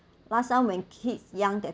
last time when kids young that